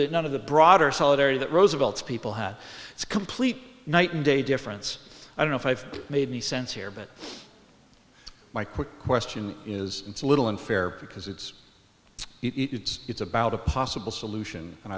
the one of the broader solidarity that roosevelt's people have complete night and day difference i don't know if i've made any sense here but my quick question is it's a little unfair because it's it it's about a possible solution and